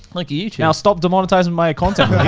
like you, youtube. now stop demonetizing my content,